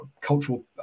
cultural